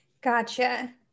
Gotcha